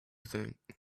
think